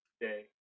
day